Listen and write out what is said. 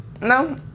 No